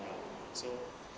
ya so